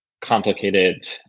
complicated